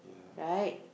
right